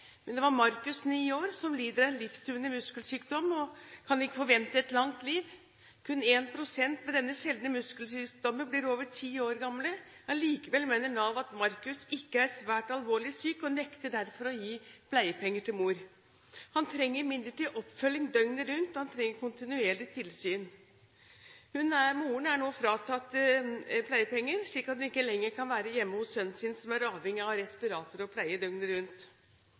Det var Markus på ni år som lider av en livstruende muskelsykdom, og ikke kan forvente et langt liv. Kun 1 pst. med denne sjeldne muskelsykdommen blir over ti år gamle. Allikevel mener Nav at Markus ikke er svært alvorlig syk, og nekter derfor å gi pleiepenger til mor. Han trenger imidlertid oppfølging døgnet rundt, han trenger kontinuerlig tilsyn. Moren er nå fratatt pleiepenger, slik at hun ikke lenger kan være hjemme hos sønnen sin som avhengig av respirator og pleie døgnet rundt.